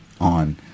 on